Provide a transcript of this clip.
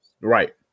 Right